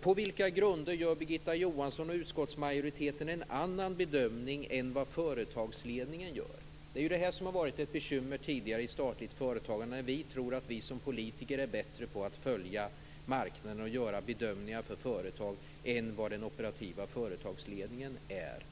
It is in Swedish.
På vilka grunder gör Birgitta Johansson och utskottsmajoriteten en annan bedömning än vad företagsledningen gör? Det som har varit ett bekymmer tidigare i statligt företagande är när vi har trott att vi som politiker är bättre på att följa marknaden och göra bedömningar för företag än vad den operativa företagsledningen är.